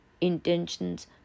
intentions